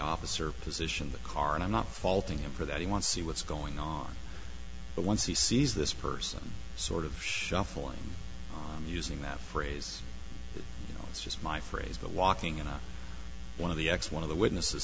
officer positioned the car and i'm not faulting him for that he wants to see what's going on but once he sees this person sort of shuffling using that phrase you know it's just my phrase but walking and one of the x one of the witnesses